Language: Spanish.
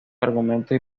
argumentos